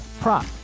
prop